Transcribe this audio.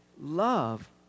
love